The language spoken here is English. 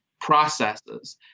processes